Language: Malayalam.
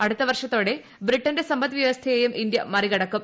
അടുത്ത വർഷത്തോടെ ബ്രിട്ടന്റെ സമ്പദ്വ്യവസ്ഥയേയും ഇന്ത്യ മറികടക്കും